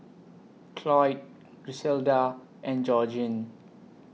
Cloyd Griselda and Georgeann